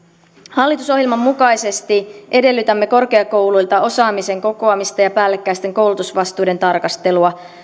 hallitusohjelman mukaisesti edellytämme korkeakouluilta osaamisen kokoamista ja päällekkäisten koulutusvastuiden tarkastelua